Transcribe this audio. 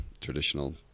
traditional